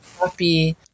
happy